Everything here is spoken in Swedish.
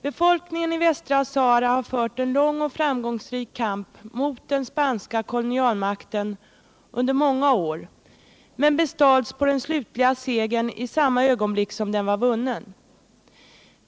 Befolkningen i Västra Sahara har fört en lång och framgångsrik kamp mot den spanska kolonialmakten under många år men bestals på den slutliga segern i samma ögonblick som den var vunnen.